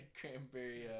cranberry